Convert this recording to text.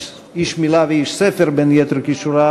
איש מילה ואיש ספר בין יתר כישוריו,